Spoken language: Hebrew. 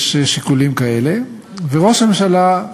יש שיקולים כאלה, וראש הממשלה,